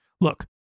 Look